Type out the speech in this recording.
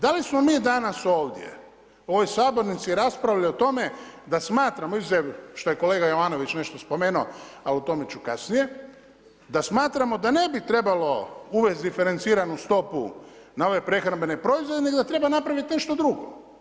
Da li smo mi danas ovdje u ovoj sabornici raspravljali o tome da smatramo izuzev što je kolega Jovanović nešto spomenuo a o tome ću kasnije, da smatramo da ne bi trebalo uvesti diferenciranu stopu na ove prehrambene proizvode i da treba napraviti nešto drugo.